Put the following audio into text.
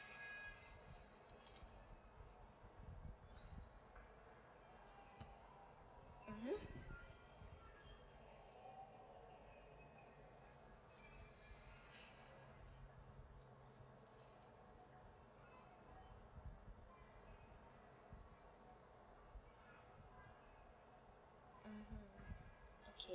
mmhmm mmhmm okay